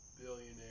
billionaire